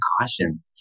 caution